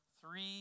three